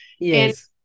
yes